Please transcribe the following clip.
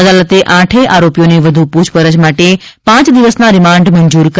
અદાલતે આઠેય આરોપીઓને વધુ પૂછપરછ માટે પાંચ દિવસના રીમાન્ડ મંજુર કર્યા હતા